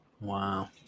Wow